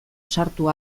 sartu